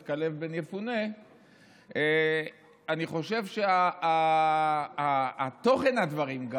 כלב בן יפונה אני חושב שתוכן הדברים הוא